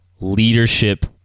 leadership